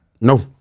No